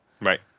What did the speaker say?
Right